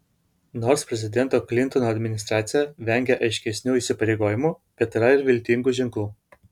nors prezidento klintono administracija vengia aiškesnių įsipareigojimų bet yra ir viltingų ženklų